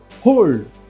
hold